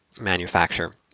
manufacture